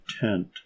tent